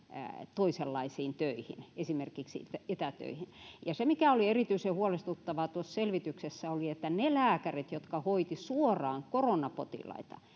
toisenlaisiin töihin esimerkiksi etätöihin ja se mikä oli erityisen huolestuttavaa tuossa selvityksessä oli että niistä lääkäreistä jotka hoitivat suoraan korona potilaita